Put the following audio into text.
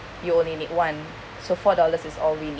you only need one so four dollars is all we need